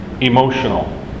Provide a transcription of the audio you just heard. emotional